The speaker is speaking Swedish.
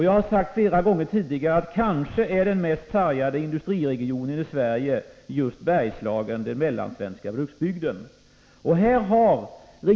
Jag har flera gånger tidigare sagt att den kanske mest sargade industriregionen i Sverige är Bergslagen och den mellansvenska bruksbygden.